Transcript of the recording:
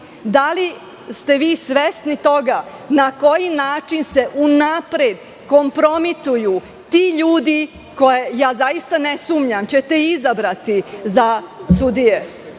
Da li ste vi svesni toga na koji način se unapred kompromituju ti ljudi koje, zaista ne sumnjam, ćete izabrati za sudije?